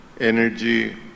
energy